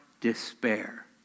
despair